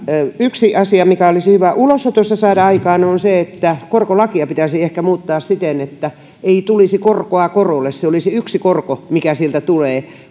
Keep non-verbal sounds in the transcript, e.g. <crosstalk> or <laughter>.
yksi asia mikä olisi hyvä ulosotossa saada aikaan on se että korkolakia pitäisi ehkä muuttaa siten että ei tulisi korkoa korolle että olisi yksi korko mikä sieltä tulee <unintelligible>